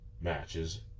matches